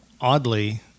oddly